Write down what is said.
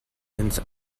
ins